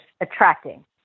attracting